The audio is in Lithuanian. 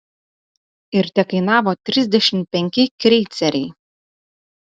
ir tekainavo trisdešimt penki kreiceriai